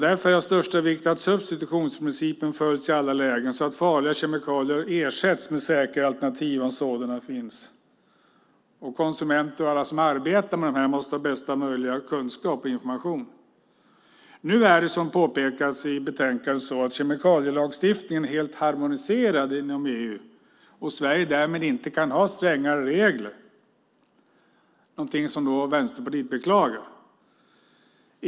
Därför är det av största vikt att substitutionsprincipen följs i alla lägen, så att farliga kemikalier ersätts med säkrare alternativ om sådana finns. Konsumenter och alla som arbetar med kemikalier måste ha bästa möjliga kunskap och information. Nu är kemikalielagstiftningen, som påpekas i betänkandet, helt harmoniserad i EU, och Sverige kan därmed inte ha strängare regler. Vänsterpartiet beklagar detta.